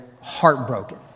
heartbroken